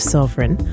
Sovereign